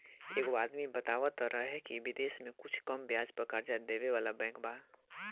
एगो आदमी बतावत रहे की बिदेश में कुछ कम ब्याज पर कर्जा देबे वाला बैंक बा